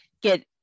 get